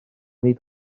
nid